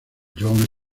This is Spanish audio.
jon